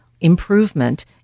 improvement